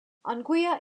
anguilla